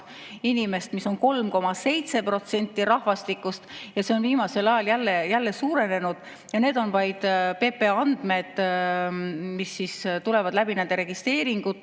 inimest, mis on 3,7% rahvastikust. Ja see on viimasel ajal jälle suurenenud. Ja need on vaid PPA andmed, mis tulevad läbi nende registreeringute